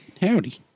Howdy